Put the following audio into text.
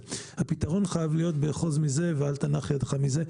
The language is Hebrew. הפתרון חייב להיות ב'אחוז מזה ואל תנח ידך מזה',